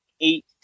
eight